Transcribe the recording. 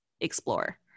explore